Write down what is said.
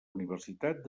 universitat